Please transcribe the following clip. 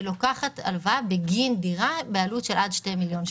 ולוקחת הלוואה בגין דירה בעלות של עד 2 מיליון שקלים.